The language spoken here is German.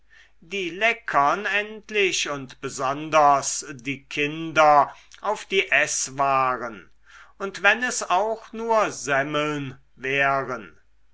die leckern endlich und besonders die kinder auf die eßwaren und wenn es auch nur semmeln wären